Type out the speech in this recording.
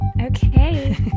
Okay